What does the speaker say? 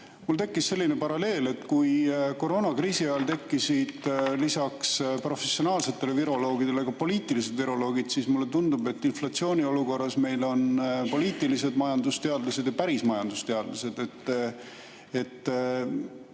mul tekkis selline paralleel, et kui koroonakriisi ajal tekkisid lisaks professionaalsetele viroloogidele ka poliitilised viroloogid, siis mulle tundub, et inflatsiooniolukorras meil on poliitilised majandusteadlased ja päris majandusteadlased.